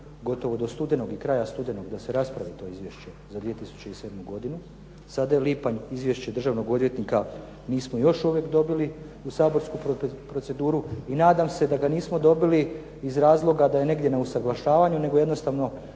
gotovo do studenog i kraja studenog da se raspravi to izvješće za 2007. godinu. Sada je lipanj i izvješće državnog odvjetnika nismo još dobili u saborsku proceduru. I nadam se da ga nismo dobili iz razloga da je negdje na usuglašavanju, nego jednostavno